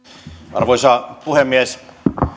arvoisa puhemies